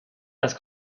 als